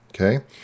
Okay